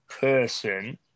person